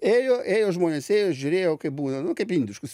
ėjo ėjo žmonės ėjo žiūrėjo kaip būna nu kaip indiškus